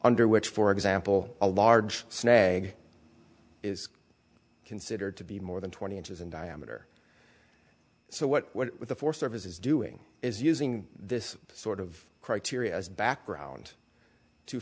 under which for example a large snag is considered to be more than twenty inches in diameter so what would the four services doing is using this sort of criteria as background to